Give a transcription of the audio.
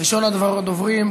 ראשון הדוברים,